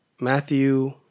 Matthew